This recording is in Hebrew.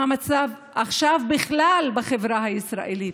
מה המצב עכשיו בכלל בחברה הישראלית?